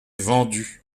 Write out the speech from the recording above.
vendu